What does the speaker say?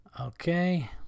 Okay